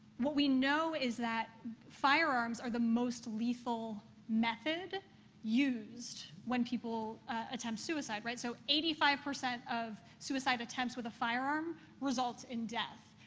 what we know is that firearms are the most lethal method used when people attempt suicide, right? so eighty five percent of suicide attempts with a firearm result in death.